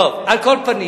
אומץ, על כל פנים,